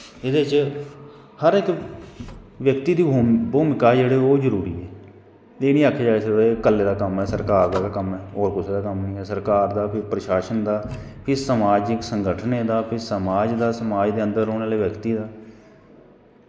एह्दे च हर इक व्यक्ति दी भूमिका जेह्ड़ी बड़ी जरूरी ऐ एह् नी आक्खेआ जाई सकदा की कल्ले दा कम्म ऐ सरकार दा गै कम्म ऐ होर कुसे दा कम्म नी ऐ सरकार दा कोई प्रशालन किश समाजिक संगठनें दा समाज दा समाज दे अन्दर रौह्ने आह्ले ब्यक्तियें दा